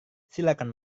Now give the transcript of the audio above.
silakan